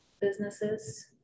businesses